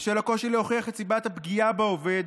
בשל הקושי להוכיח את סיבת הפגיעה בעובד,